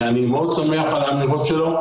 אני מאוד שמח על האמירות שלו.